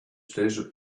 desert